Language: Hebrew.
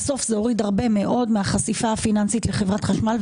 זה הוריד הרבה מאוד מהחשיפה הפיננסית לחברת החשמל,